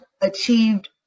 achieved